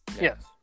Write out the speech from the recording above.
yes